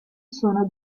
sono